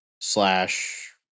slash